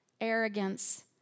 arrogance